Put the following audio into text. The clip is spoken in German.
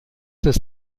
des